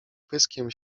pyskiem